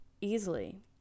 easily